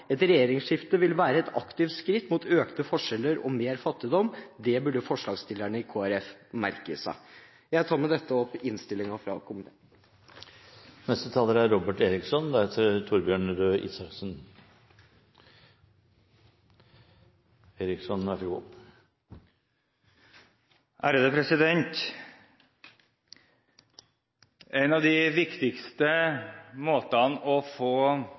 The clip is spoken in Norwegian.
Et regjeringsskifte vil være et aktivt skritt mot økte forskjeller og mer fattigdom. Det burde forslagstillerne i Kristelig Folkeparti merke seg. Jeg anbefaler med dette opp innstillingen fra komiteen. En av de viktigste måtene å få